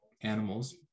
animals